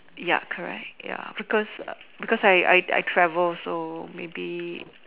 yup correct ya because because I I I travel so maybe